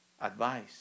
advice